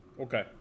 Okay